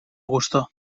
gustó